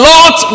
Lord